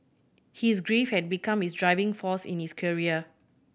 his grief had become his driving force in his career